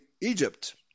Egypt